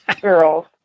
girls